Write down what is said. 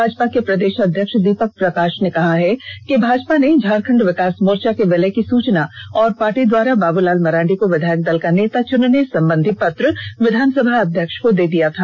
भाजपा के प्रदेष अध्यक्ष दीपक प्रकाष ने कहा है कि भाजपा में झारखंड विकास मोर्चा के विलय की सूचना और पार्टी द्वारा बाबूलाल मरांडी को विधायक दल का नेता चुनने संबंधी पत्र विधानसभा अध्यक्ष को दे दी गई है